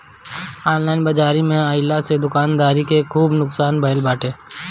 online बाजारी के आइला से दुकानदारी के बहुते नुकसान भईल बाटे